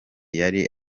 yari